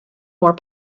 more